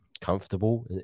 comfortable